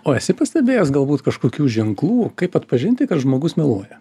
o esi pastebėjęs galbūt kažkokių ženklų kaip atpažinti kad žmogus meluoja